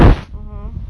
mmhmm